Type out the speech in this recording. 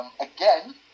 Again